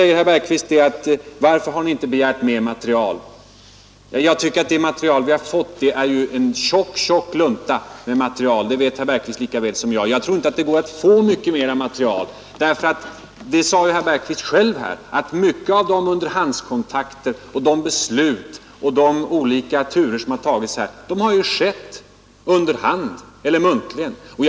Herr Bergqvist frågade varför vi inte begärt mera material. Herr Bergqvist vet lika bra som jag att det material vi har fått utgör en tjock lunta, och jag tror inte att det går att få fram mycket mera. Herr Bergqvist sade själv att det mesta av de underhandskontakter, beslut och olika turer som tagits i stor utsträckning har skett muntligt.